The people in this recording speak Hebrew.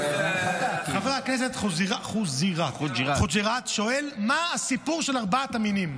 חבר הכנסת חוג'יראת שואל מה הסיפור של ארבעת המינים.